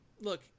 Look